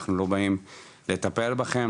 אנחנו לא באים לטפל בכם,